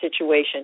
situation